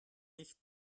nicht